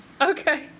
Okay